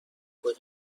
کجا